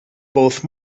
both